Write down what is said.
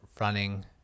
running